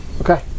Okay